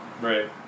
Right